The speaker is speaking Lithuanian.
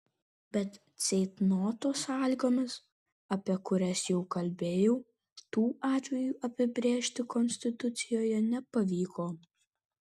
bet ceitnoto sąlygomis apie kurias jau kalbėjau tų atvejų apibrėžti konstitucijoje nepavyko